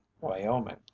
Wyoming